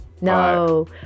no